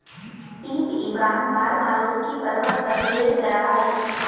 Pip Ivan Marmaroski पर्वत पर भेड़ चरा हइ